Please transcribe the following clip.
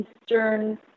Eastern